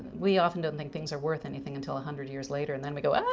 we often don't think things are worth anything until a hundred years later and then we go